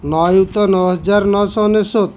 ନଅ ଅୟୁତ ନଅ ହଜାର ନଅ ଶହ ଅନେଶୋତ